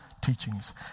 teachings